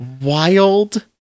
wild